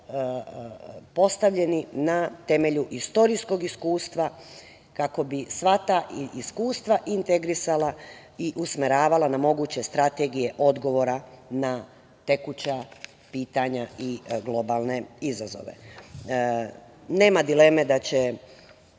postavljeni na temelju istorijskog iskustva, kako bi sva ta iskustva integrisala i usmeravala na moguće strategije odgovora na tekuća pitanja i globalne izazove. Nema dileme da će